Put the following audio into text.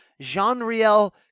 Jean-Riel